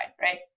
right